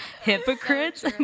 hypocrites